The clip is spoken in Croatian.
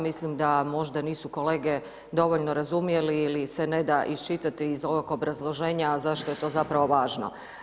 Mislim da možda nisu kolege dovoljno razumjeli ili se neda iščitati iz ovog obrazloženja zašto je to važno.